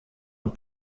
und